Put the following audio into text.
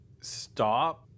stop